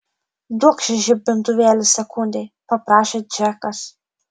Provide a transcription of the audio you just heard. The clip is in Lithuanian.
duokš žibintuvėlį sekundei paprašė džekas